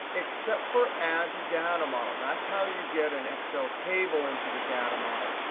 except for add to data model. that's how you get an excel table into the data model.